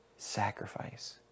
Sacrifice